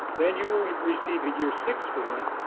then you will receive a year six grant,